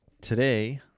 Today